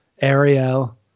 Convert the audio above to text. Ariel